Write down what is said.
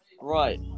Right